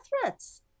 threats